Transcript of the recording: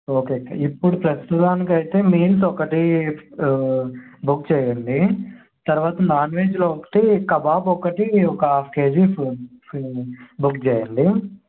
okay అక్క ఇప్పుడు ప్రస్తుతానికి అయితే మీల్స్ ఒకటి బుక్ చేయండి తరువాత నాన్వెజ్లో ఒకటి కబాబ్ ఒకటి ఒక హాఫ్ కేజీ బుక్ చేయండి